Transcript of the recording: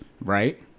right